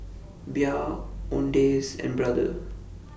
Bia Owndays and Brother